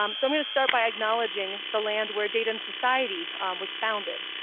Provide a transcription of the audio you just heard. um so i'm going to start by acknowledging the land where data and society was founded.